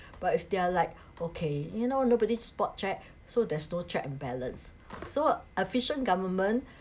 but if they're like okay you know nobody spot checks so there's no check and balance so efficient government